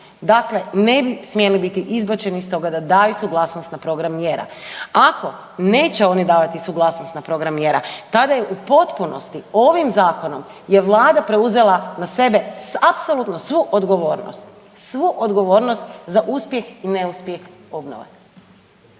dakle ne bi smjeli biti izbačeni iz toga da daju suglasnost na program mjera. Ako neće oni davati suglasnost na program mjera tada je u potpunosti ovim zakonom je vlada preuzela na sebe apsolutno svu odgovornost, svu odgovornost za uspjeh i neuspjeh obnove,